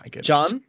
John